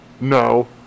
no